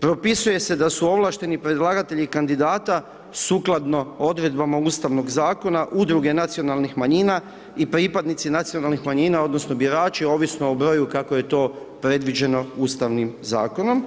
propisuje se da su ovlašteni predlagatelji kandidata sukladno odredbama ustavnog zakona, udruge nacionalnih manjina i pripadnici nacionalnih manjina odnosno birači ovisno o broju kako je to predviđeno ustavnim zakonom.